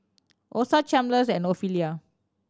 Osa Chalmers and Ofelia